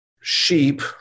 Sheep